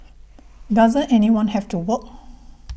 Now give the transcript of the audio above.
doesn't anyone have to work